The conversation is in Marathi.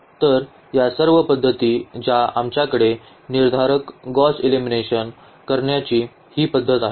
तर या सर्व पद्धती ज्या आमच्याकडे निर्धारक गौस एलिमिनेशन करण्याची ही पद्धत आहे